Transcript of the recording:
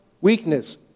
weakness